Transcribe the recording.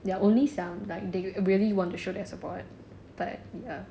ya only some they really want to show their support but ya